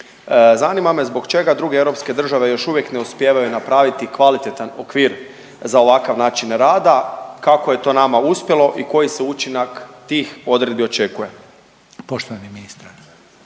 zanima me zbog čega druge europske države još uvijek ne uspijevaju napraviti kvalitetan okvir za ovakav način rada, kako je to nama uspjelo i koji se učinak tih odredbi očekuje? **Reiner,